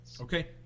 Okay